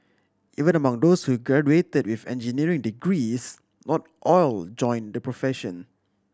even among those who graduated with engineering degrees not all joined the profession